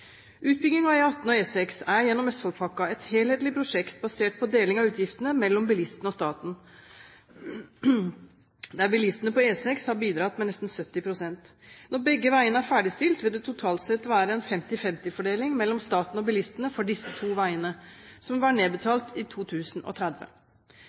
Utbygging av E18 og E6 er gjennom Østfoldpakka et helhetlig prosjekt, basert på deling av utgiftene mellom bilistene og staten, der bilistene på E6 har bidratt med nesten 70 pst. Når begge veiene er ferdigstilt, vil det totalt sett være en 50–50-fordeling mellom staten og bilistene for disse to veiene, som